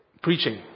preaching